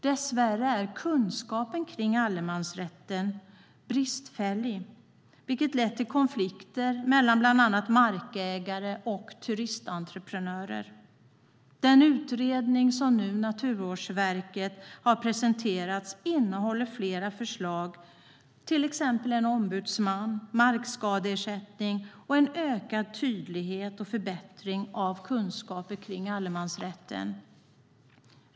Dess värre är kunskapen om allemansrätten bristfällig, vilket lett till konflikter mellan bland annat markägare och turistentreprenörer. Den utredning som Naturvårdsverket nu har presenterat innehåller flera förslag exempelvis om en ombudsman, om markskadeersättning och om en ökad tydlighet och förbättring beträffande kunskapen om allemansrätten.